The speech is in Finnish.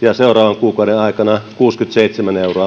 ja seuraavan kuukauden aikana kuusikymmentäseitsemän euroa